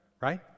Right